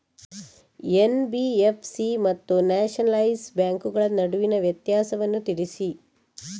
NBFC ಮತ್ತು nationalise ಬ್ಯಾಂಕುಗಳ ನಡುವಿನ ವ್ಯತ್ಯಾಸವನ್ನು ತಿಳಿಸಿ?